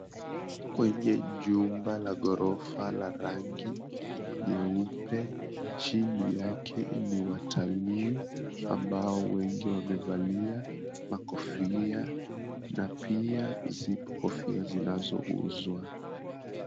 Kwenye jumba la ghorofa la rangi nyeupe chini yake ni watalii ambao wengi wamevalia makofia na pia zipo kofia zinazouzwa.